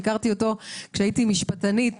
שהכרתי אותו כשהייתי משפטנית